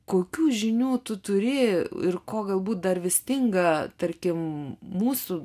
kokių žinių tu turi ir ko galbūt dar vis stinga tarkim mūsų